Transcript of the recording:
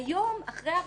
היום, אחרי הרפורמה,